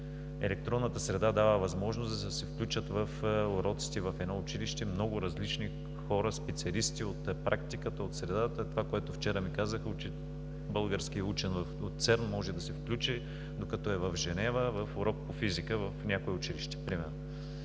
Електронната среда дава възможност да се включат в уроците в едно училище много различни хора, специалисти от практиката, от средата. Това, което вчера ми казаха, е, че български учен от ЦЕРН, който е в Женева, може да се включи в урок по физика в някое училище примерно.